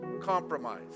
compromise